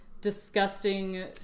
disgusting